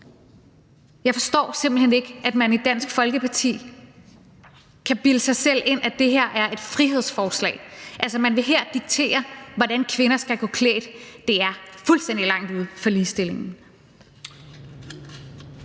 jeg simpelt hen ikke forstår, at man i Dansk Folkeparti kan bilde sig selv ind, at det her er et frihedsforslag – altså, man vil her diktere, hvordan kvinder skal gå klædt. Det er fuldstændig langt ude i forhold til ligestillingen.